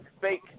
fake